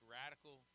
radical